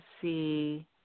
see